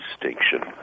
distinction